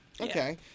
Okay